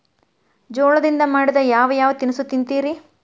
ಜೋಳದಿಂದ ಮಾಡಿದ ಯಾವ್ ಯಾವ್ ತಿನಸು ತಿಂತಿರಿ?